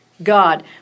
God